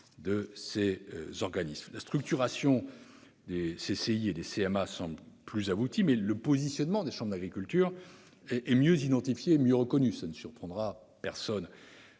de ces organismes. La structuration des réseaux des CCI et des CMA semble plus aboutie, mais le positionnement des chambres d'agriculture est mieux identifié et reconnu. Ces dernières